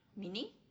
meaning